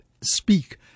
speak